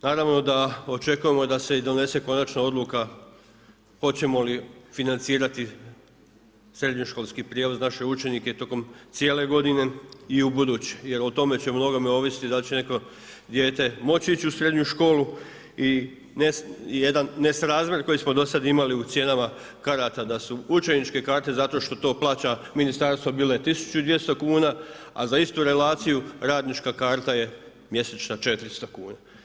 Naravno da očekujemo da se i donese konačna odluka hoćemo li financirati srednjoškolski prijevoz, naše učenike tokom cijele godine i ubuduće jer o tome će mnogo ovisiti da li će neko dijete moći ići u srednju školu i jedan nesrazmjer koji smo do sad imali u cijenama karata, da su učeničke karte, zato što to plaća ministarstvo bile 1200kn, a za istu relaciju radnička karta je mjesečna 400 kuna.